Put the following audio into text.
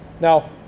Now